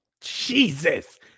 Jesus